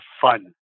fun